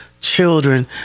children